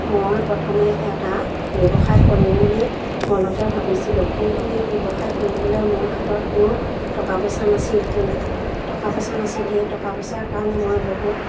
মই প্ৰথমে এটা ব্যৱসায় কৰিম বুলি মনতে ভাবিছিলোঁ কিন্তু সেই ব্যৱসায় কৰিবলৈ মোৰ হাতত কোনো টকা পইচা নাছিল কিন্তু টকা পইচা নাছিল সেই টকা পইচাৰ কাৰণে মই বহুত